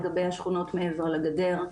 לגבי השכונות מעבר לגדר.